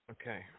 Okay